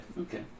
Okay